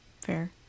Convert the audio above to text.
fair